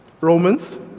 Romans